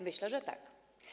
Myślę, że tak.